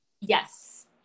Yes